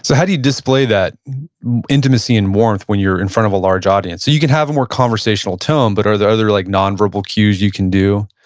so how do you display that intimacy and warmth, when you're in front of a large audience? you can have a more conversational tone, but, are there other like nonverbal cues you can do?